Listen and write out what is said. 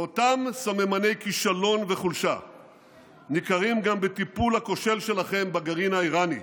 ואותם סממני כישלון וחולשה ניכרים גם בטיפול הכושל שלכם בגרעין האיראני.